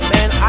Man